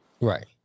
Right